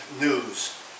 news